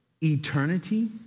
eternity